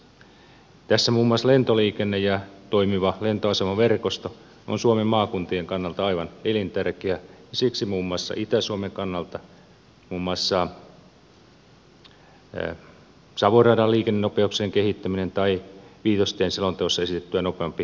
tässä muun muassa lentoliikenne ja toimiva lentoasemaverkosto on suomen maakuntien kannalta aivan elintärkeä asia ja siksi muun muassa itä suomen kannalta savon radan liikennenopeuksien kehittäminen tai viitostien selonteossa esitettyä nopeampi perusparantaminen olisi tärkeää